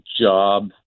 job